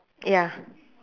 ya